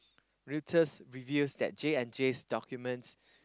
Reuters reveals that J-and-J documents